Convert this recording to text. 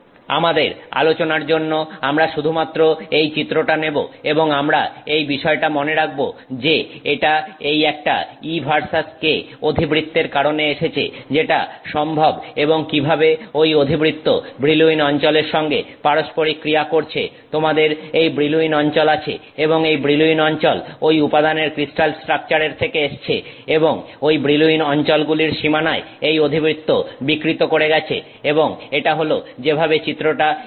আমাদের আলোচনার জন্য আমরা শুধুমাত্র এই চিত্রটা নেব এবং আমরা এই বিষয়টা মনে রাখব যে এটা এই একটা E ভার্সেস k অধিবৃত্তের কারণে এসেছে যেটা সম্ভব এবং কিভাবে ঐ অধিবৃত্ত ব্রিলউইন অঞ্চলের সঙ্গে পারস্পরিক ক্রিয়া করছে তোমাদের এই ব্রিলউইন অঞ্চল আছে এবং এই ব্রিলউইন অঞ্চল ঐ উপাদানের ক্রিস্টাল স্ট্রাকচারের থেকে এসেছে এবং ঐ ব্রিলউইন অঞ্চলগুলির সীমানায় এই অধিবৃত্ত বিকৃত করে গেছে এবং এটা হল যেভাবে চিত্রটা এসেছে